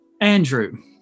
Andrew